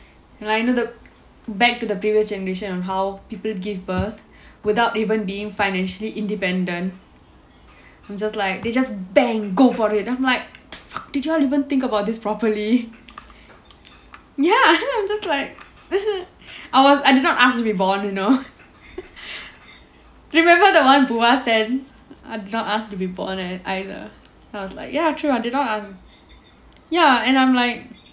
and I know the back to the previous generation of how people give birth without even being financially independent I'm just like they just bang go for it I'm like did you ever think about this properly ya I'm just like I was I did not ask be born you know remember that [one] dhurga sent us I did not asked to be born either then I was like ya true I did not ask ya and I'm like